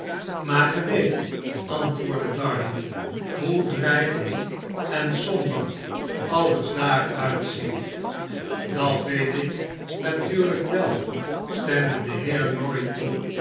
ge weet antwoordde darnay hoe dreigend en somber alles dar uitziet adat weet ik natuurlp wel stemde de heer lorry toe